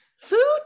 food